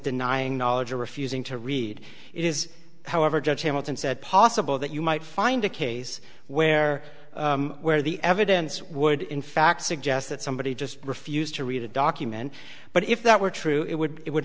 denying knowledge or refusing to read it is however a judge hamilton said possible that you might find a case where where the evidence would in fact suggest that somebody just refused to read a document but if that were true it would it would